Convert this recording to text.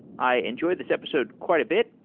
i enjoyed this episode quite a bit,